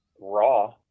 raw